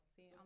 See